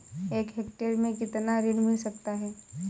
एक हेक्टेयर में कितना ऋण मिल सकता है?